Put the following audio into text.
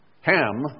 Ham